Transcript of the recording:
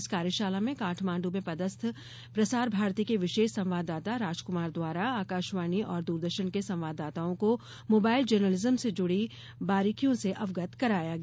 इस कार्यशाला में काठमाण्डू में पदस्थ प्रसार भारती के विशेष संवाददाता राजकुमार द्वारा आकाशवाणी और दूरदर्शन के संवाददाताओं को मोबाइल जर्नलिज्म से जुड़ी बारीकियों से अवगत कराया गया